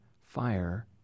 fire